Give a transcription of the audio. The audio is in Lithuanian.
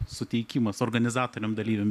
suteikimas organizatoriam dalyviam